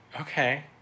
okay